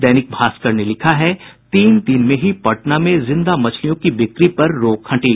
दैनिक भास्कर ने लिखा है तीन दिन में ही पटना में जिंदा मछली की बिक्री पर रोक हटी